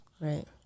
Right